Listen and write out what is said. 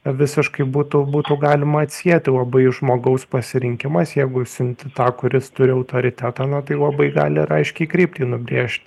visiškai būtų būtų galima atsieti labai žmogaus pasirinkimas jeigu siunti tą kuris turi autoritetą na tai labai gali ir aiškiai kryptį nubrėžt